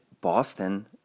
Boston